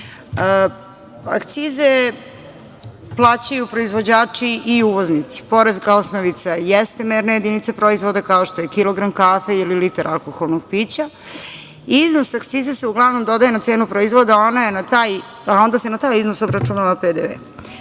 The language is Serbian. plaćaju proizvođači i uvoznici. Poreska osnovica jeste merna jedinica proizvoda, kao što je kilogram kafe ili litar alkoholnog pića i iznos akcize se uglavnom dodaje na cenu proizvoda, a onda se na taj iznos obračunava PDV,